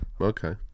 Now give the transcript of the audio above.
Okay